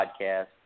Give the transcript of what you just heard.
podcast